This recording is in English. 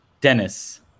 Dennis